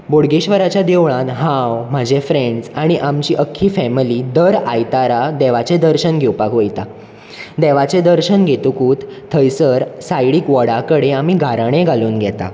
बोडगेश्वराच्या देवळांत हांव म्हजे फ्रँड्स आनी आमची अख्खी फॅमिली दर आयतारा देवाचें दर्शन घेवपाक वयता देवाचें दर्शन घतुकूत थयसर सायडीक वडा कडेन आमी घाराणे घालून घेता